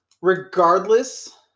regardless